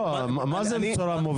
מה זה בצורה מובנית?